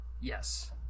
yes